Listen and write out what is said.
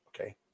Okay